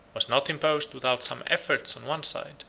was not imposed without some efforts on one side,